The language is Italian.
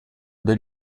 del